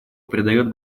придает